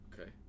Okay